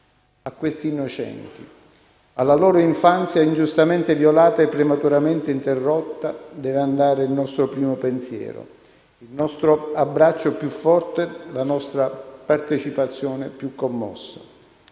A questi innocenti, alla loro infanzia ingiustamente violata e prematuramente interrotta, deve andare il nostro primo pensiero, il nostro abbraccio più forte e la nostra partecipazione più commossa.